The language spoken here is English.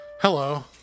Hello